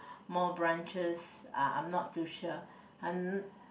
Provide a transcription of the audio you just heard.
more branches uh I'm not too sure !huh!